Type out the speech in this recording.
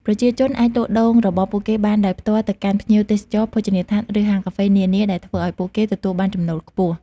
ប្រជាជនអាចលក់ដូងរបស់ពួកគេបានដោយផ្ទាល់ទៅកាន់ភ្ញៀវទេសចរ ភោជនីយដ្ឋាន ឬហាងកាហ្វេនានា ដែលធ្វើឲ្យពួកគេទទួលបានចំណូលខ្ពស់។